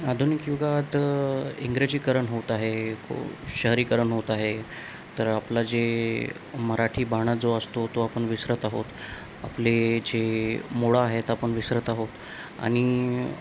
आधुनिक युगात इंग्रजीकरण होत आहे को शहरीकरण होत आहे तर आपला जे मराठी बाणा जो असतो तो तो आपण विसरत आहोत आपले जे मुळं आहेत ते आपण विसरत आहोत आणि